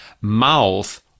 Mouth